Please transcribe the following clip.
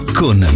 con